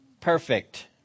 Perfect